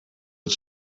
het